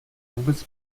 vůbec